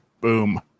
boom